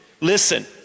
Listen